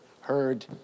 heard